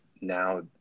now